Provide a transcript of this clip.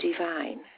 divine